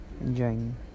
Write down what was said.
enjoying